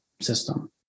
system